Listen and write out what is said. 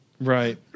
Right